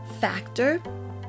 factor